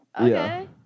Okay